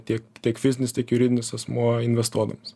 tiek tiek fizinis tiek juridinis asmuo investuodamas